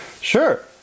Sure